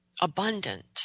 abundant